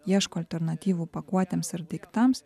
ieško alternatyvų pakuotėms ir daiktams